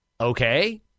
Okay